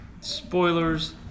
spoilers